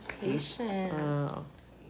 Patience